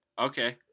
Okay